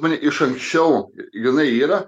mane iš anksčiau grynai yra